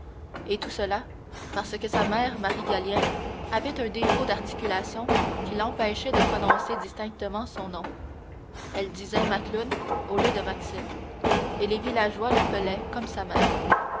et tout cela parce que sa mère marie gallien avait un défaut d'articulation qui l'empêchait de prononcer distinctement son nom elle disait macloune au lieu de maxime et les villageois l'appelaient comme sa mère